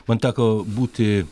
man teko būti